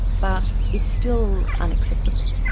but it's still unacceptable.